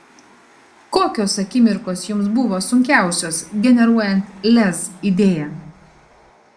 kokios akimirkos jums buvo sunkiausios generuojant lez idėją